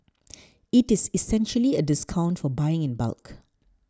it is essentially a discount for buying in bulk